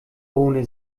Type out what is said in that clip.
ohne